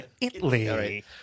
Italy